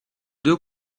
deux